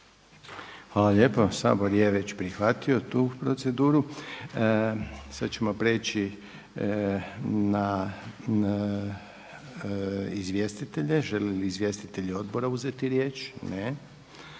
Hvala lijepa. Sabor je već prihvatio tu proceduru. Sada ćemo prijeći na izvjestitelje. Žele li izvjestitelji uzeti riječ? Ne.